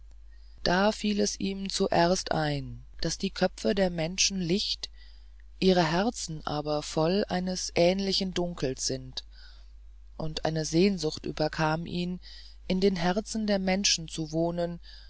da fiel es ihm zuerst ein daß die köpfe der menschen licht ihre herzen aber voll eines ähnlichen dunkels sind und eine sehnsucht überkam ihn in den herzen der menschen zu wohnen